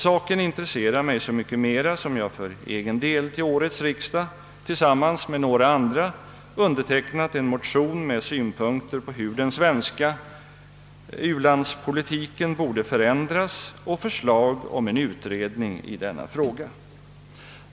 Saken intresserar mig så mycket mera som jag för egen del vid årets riksdag tillsammans med några andra undertecknat en motion med synpunkter på hur den svenska biståndspolitiken bör förändras och med förslag om en utredning i denna fråga.